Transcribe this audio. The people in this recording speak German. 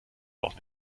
auch